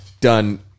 done